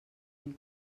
mil